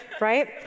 right